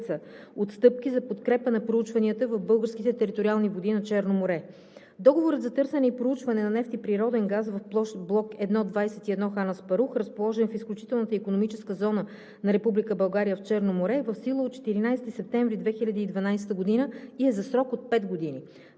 стъпки за подкрепа на проучванията в българските териториални води на Черно море. Договорът за търсене и проучване на нефт и природен газ в площ „Блок 1 – 21 Хан Аспарух“, разположен в изключителната икономическа зона на Република България в Черно море, е в сила от 14 септември 2012 г. и е за срок от пет години.